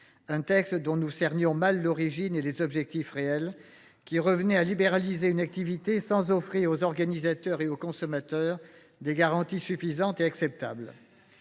texte dont nous cernions mal l’origine et les objectifs réels et qui revenait à libéraliser une activité sans offrir aux organisateurs et aux consommateurs des garanties suffisantes et acceptables.